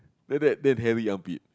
like that then hairy armpit